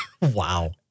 Wow